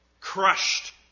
crushed